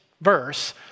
verse